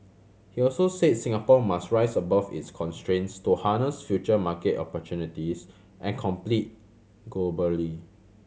he also said Singapore must rise above its constraints to harness future market opportunities and compete globally